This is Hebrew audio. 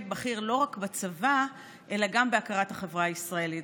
בכיר לא רק בצבא אלא גם בהכרת החברה הישראלית.